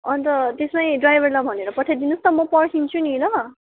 अन्त त्यसमै ड्राइभरलाई भनेर पठाइदिनुहोस् न म पर्खिन्छु नि ल